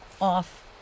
off